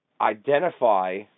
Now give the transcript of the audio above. identify